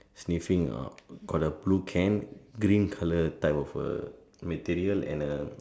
sniffing out got the blue can green colour type of a material and a